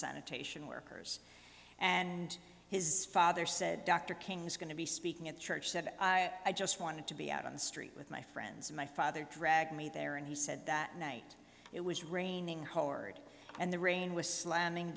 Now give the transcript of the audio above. sanitation workers and his father said dr king's going to be speaking at the church said i just wanted to be out on the street with my friends my father drag me there and he said that night it was raining hard and the rain was slamming